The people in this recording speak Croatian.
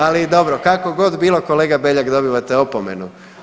Ali dobro, kako god bilo kolega Beljak dobivate opomenu.